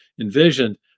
envisioned